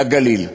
לגליל.